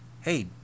hey